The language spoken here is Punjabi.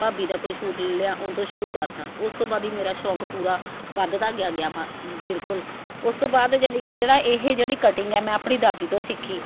ਭਾਬੀ ਦਾ ਕੋਈ ਸੂਟ ਲੈ ਲਿਆ ਉਹ ਤੋਂ ਸ਼ੁਰੂ ਕਰਤਾ ਉਸ ਤੋਂ ਬਾਅਦ ਹੀ ਮੇਰਾ ਸ਼ੌਕ ਪੂਰਾ ਵੱਧਦਾ ਗਿਆ ਗਿਆ ਬਿਲਕੁਲ ਉਸ ਤੋਂ ਬਾਅਦ ਯਾਨੀ ਕਿ ਜਿਹੜਾ ਇਹ ਜਿਹੜੀ ਕਟਿੰਗ ਹੈ ਮੈਂ ਆਪਣੀ ਦਾਦੀ ਤੋਂ ਸਿੱਖੀ